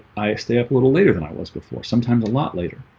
i stay up a little later than i was before sometimes a lot. later